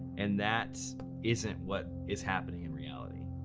and that isn't what is happening in reality.